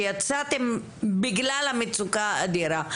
שיצאתם בגלל המצוקה האדירה.